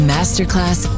Masterclass